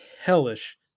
hellish